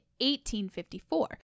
1854